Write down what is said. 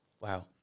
wow